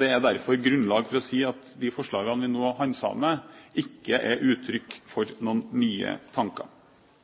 Det er derfor grunnlag for å si at de forslagene vi nå handsamer, ikke er uttrykk for noen nye tanker.